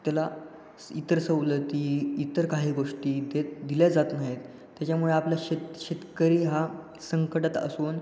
त्याला स् इतर सवलती इतर काही गोष्टी ते दिल्या जात नाहीत त्याच्यामुळे आपला शेत शेतकरी हा संकटात असून